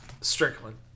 Strickland